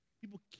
People